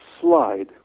slide